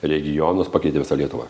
regionus pakeitė visą lietuvą